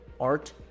art